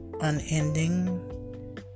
unending